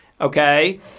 okay